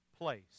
place